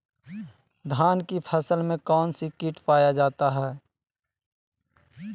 धान की फसल में कौन सी किट पाया जाता है?